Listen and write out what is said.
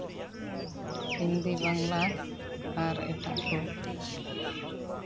ᱦᱤᱱᱫᱤ ᱵᱟᱝᱞᱟ ᱟᱨ ᱮᱴᱟᱜ ᱠᱚ